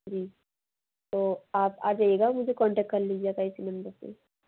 जी तो आप आजाइएगा मुझे कांटेक कर लीजिएगा इसी नंबर पर